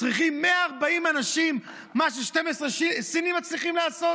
צריכים 140 אנשים, מה ש-12 סינים מצליחים לעשות?